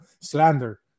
slander